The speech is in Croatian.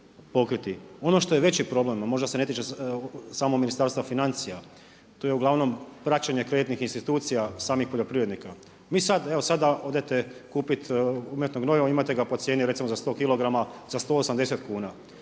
Ono što je veći problem, a možda se ne tiče samo Ministarstva financija, to je uglavnom praćenje kreditnih institucija samih poljoprivrednika. Mi sad, evo sad da odete kupit umjetno gnojivo imate ga po cijeni recimo za 100 kilograma za 180 kuna.